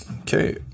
Okay